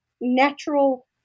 natural